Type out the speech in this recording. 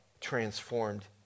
transformed